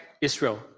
Israel